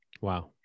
Wow